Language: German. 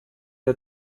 der